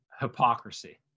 Hypocrisy